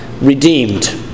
redeemed